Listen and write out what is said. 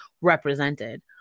represented